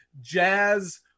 jazz